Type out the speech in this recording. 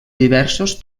diversos